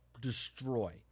destroy